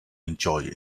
enjoy